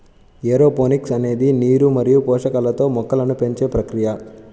aeroponics అనేది నీరు మరియు పోషకాలతో మొక్కలను పెంచే ప్రక్రియ